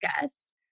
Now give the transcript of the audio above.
guest